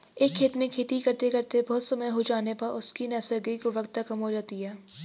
एक खेत में खेती करते करते बहुत समय हो जाने पर उसकी नैसर्गिक उर्वरता कम हो जाती है